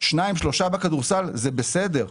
שניים-שלושה בכדורסל זה בסדר.